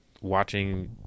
watching